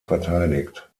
verteidigt